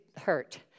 hurt